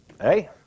Hey